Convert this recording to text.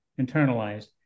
internalized